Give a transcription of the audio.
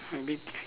maybe